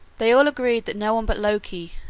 they all agreed that no one but loki,